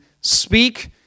speak